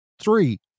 three